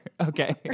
Okay